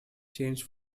changed